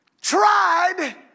tried